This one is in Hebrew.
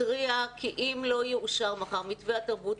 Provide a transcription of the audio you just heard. מתריע כי אם לא יאושר מחר מתווה התרבות,